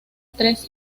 tres